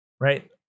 right